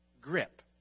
grip